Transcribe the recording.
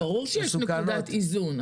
ברור שיש נקודת איזון,